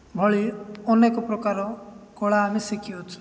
ଭଳି ଅନେକ ପ୍ରକାର କଳା ଆମେ ଶିଖିଅଛୁ